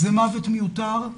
זה מוות מיותר,